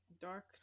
Dark